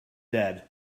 dead